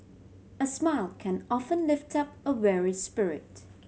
a smile can often lift up a weary spirit